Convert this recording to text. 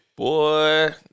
Boy